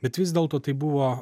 bet vis dėlto tai buvo